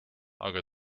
aga